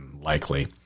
Likely